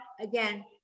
again